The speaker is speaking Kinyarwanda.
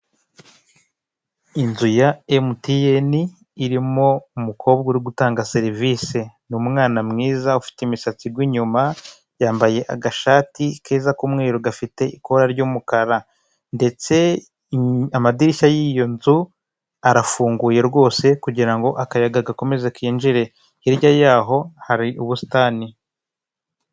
Inzu ya emutiyeni irimo umukobwa uri gutanga serivisi. Ni umwana mwiza ufite imisatsi igwa inyuma, yambaye agashati keza k'umweru gafite ikora ry'umukara. Ndetse amadirishya y'iyo nzu arafunguye rwose kugirango akayaga gakomeze kinjire, hirya yaho hari ubusitani.